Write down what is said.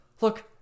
Look